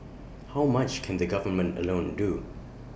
how much can the government alone do